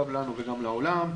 גם לנו וגם לעולם.